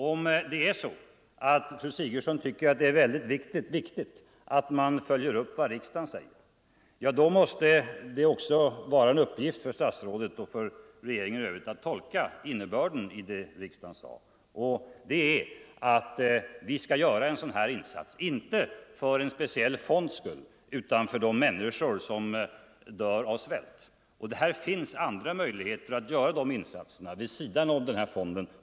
Om det är så att statsrådet Sigurdsen tycker att det är väldigt viktigt att man följer upp vad riksdagen säger måste det också vara en Nr 122 uppgift för statsrådet och för regeringen i övrigt att tolka innebörden Torsdagen den i det riksdagen sagt. Och innebörden är att vi skall göra en sådan här 14.november.1974 insats inte för en speciell fonds skull utan för de människor som dör av svält. Det finns andra möjligheter att göra dessa insatser vid sidan Ang. det svenska av den här fonden.